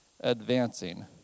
advancing